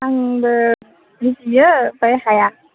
आंबो बुजियो ओमफाय हाया